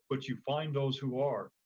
but you find those who are.